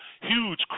huge